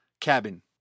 cabin